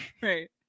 Right